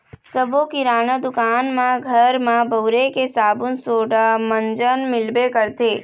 सब्बो किराना दुकान म घर म बउरे के साबून सोड़ा, मंजन मिलबे करथे